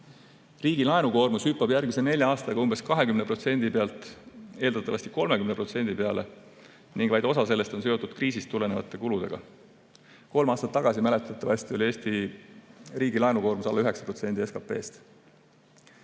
Riigi laenukoormus hüppab järgmise nelja aastaga umbes 20% pealt eeldatavasti 30% peale ning vaid osa sellest on seotud kriisist tulenevate kuludega. Kolm aastat tagasi mäletatavasti oli Eesti riigi laenukoormus alla 9% SKP‑st.